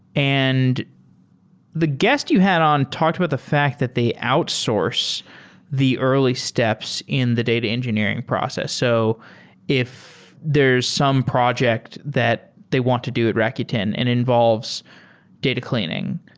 and the guest you had on talked about the fact that they outsource the early steps in the data engineering process. so if there's some project that they want to do at rakuten and involves data cleaning.